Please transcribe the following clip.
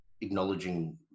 acknowledging